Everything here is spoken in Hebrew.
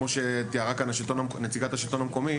כמו שתיארה כאן נציגת השלטון המקומי.